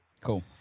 cool